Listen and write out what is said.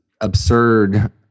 absurd